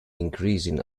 increasing